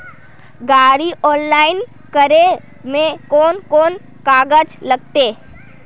गाड़ी ऑनलाइन करे में कौन कौन कागज लगते?